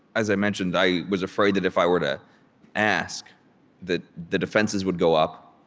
as i mentioned, i was afraid that if i were to ask that the defenses would go up,